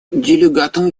делегатам